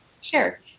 Sure